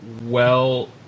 well-